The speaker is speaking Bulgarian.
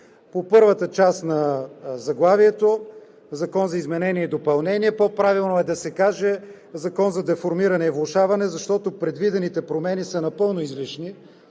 По първата част на заглавието – Закон за изменение и допълнение, е по правилно да се каже: Закон за деформиране и влошаване, защото предвидените промени са напълно излишни.